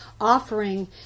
offering